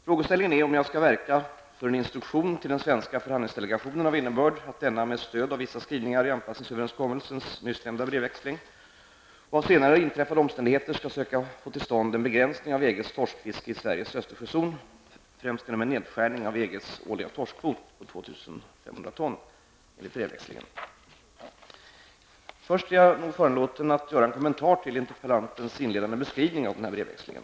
Frågan är om jag skall verka för en instruktion till den svenska förhandlingsdelegationen av innebörd att denna, med stöd av vissa skrivningar i anpassningsöverenskommelsens nyss nämnda brevväxling och av senare inträffade omständigheter, skall söka få till stånd en begränsning av EGs torskfiske i Sveriges Östersjözon främst genom en nedskärning av EGs årliga torskkvot, vilken enligt brevväxlingen ligger på 2 500 ton. Först känner jag mig föranlåten att göra en kommentar till interpellantens inledande beskrivning av brevväxlingen.